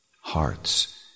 hearts